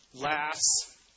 laughs